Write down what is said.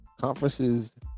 conferences –